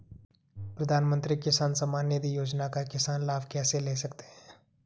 प्रधानमंत्री किसान सम्मान निधि योजना का किसान लाभ कैसे ले सकते हैं?